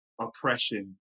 oppression